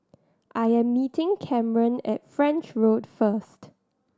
I am meeting Kamren at French Road first